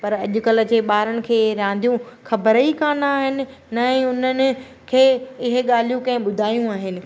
पर अॼुकल्ह जे ॿारनि खे ही रांदियूं ख़बरु ई कान आहिनि न ही हुननि खे इहे ॻाल्हियूं कंहिं ॿुधाइयूं आहिनि